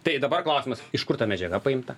tai dabar klausimas iš kur ta medžiaga paimta